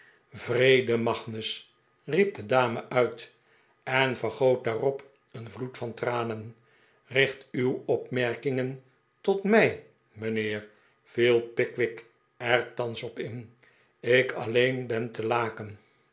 wreede magnus riep de dame uit en vergoot daarop een vloed van tranen richt uw opmerkingen tot mij mijnheer viel pickwick er thans op in ik alleen ben te laken